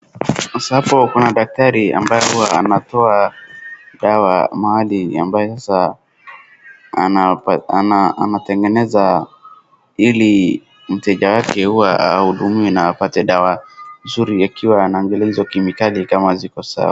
Sasa hapo kuna daktari ambaye huwa anatoa dawa mahali ambaye sasa anatengeneza ili mteja wake huwa ahudumiwe na apate dawa nzuri akiwa anaangalia hizo kemikali kama ziko sawa.